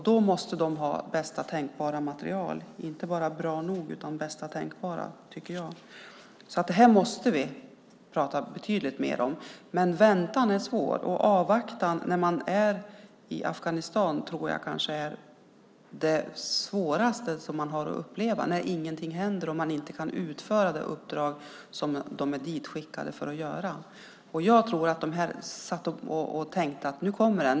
Då måste de ha bästa tänkbara materiel, inte bara bra nog utan bästa tänkbara, tycker jag. Det här måste vi prata betydligt mer om. Väntan är svår och avvaktan. När man är i Afghanistan tror jag kanske att det svåraste man har att uppleva är när ingenting händer och man inte kan utföra det uppdrag som man är ditskickad för att göra. Jag tror att de tänkte att nu kommer den.